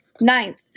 Ninth